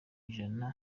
ijana